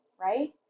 right